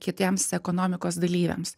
kitiems ekonomikos dalyviams